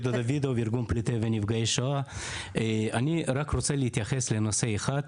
אני רק רוצה להתייחס לנושא אחד: